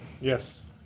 Yes